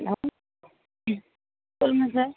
hello ம் சொல்லுங்க sir